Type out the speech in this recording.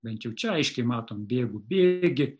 bent jau čia aiškiai matom bėgu bėgi